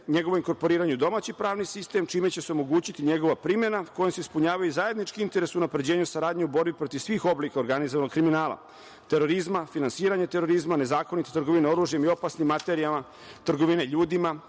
njegovo inkorporiranje u domaći pravni sistem, čime će se omogućiti njegova primena kojom se ispunjava zajednički interes u unapređenju saradnje u borbi protiv svih oblika organizovanog kriminala, terorizma, finansiranje terorizma, nezakonita trgovina oružjem i opasnim materijama, trgovine ljudima,